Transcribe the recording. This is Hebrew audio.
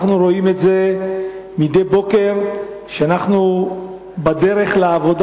אנחנו רואים את זה מדי בוקר כשאנחנו בדרך לעבודה.